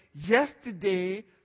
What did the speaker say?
yesterday